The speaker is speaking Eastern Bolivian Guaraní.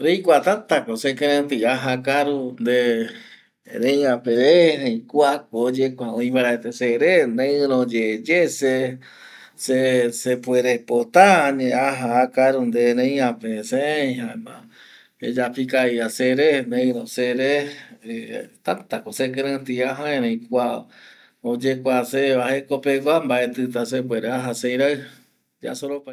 Reikua tata ko sekirei tei aja akaru nde reiape re erei kua ko oyekua oi paraete se re, neiro yeye se sepuere pota añae aja akaru nde reia pe sei jaema eyapo ikavi va se re, neiro se re eh tata ko sekirei tei aja erei kua oyekua se va jekopegua mbaetita sepuere aja sei rai yasoropai